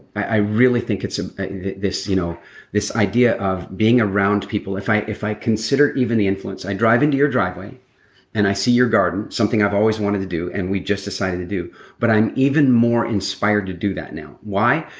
i really think it's a. this you know this idea of being around people if i if i consider even the influence, i drive into your driveway and i see your garden, something i've always wanted to do and we just decided to do but i'm even more inspired to do that now. why?